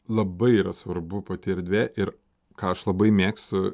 labai yra svarbu pati erdvė ir ką aš labai mėgstu